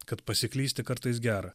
kad pasiklysti kartais gera